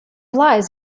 lies